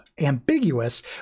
ambiguous